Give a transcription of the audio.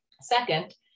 Second